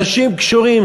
אנשים קשורים.